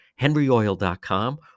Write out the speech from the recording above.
henryoil.com